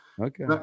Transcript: Okay